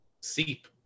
seep